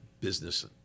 business